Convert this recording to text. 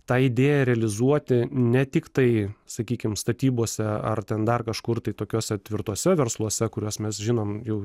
tą idėją realizuoti ne tik tai sakykim statybose ar ten dar kažkur tai tokiose tvirtose versluose kuriuos mes žinom jau